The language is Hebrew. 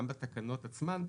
גם בתקנות עצמן,